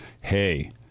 hey